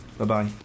bye-bye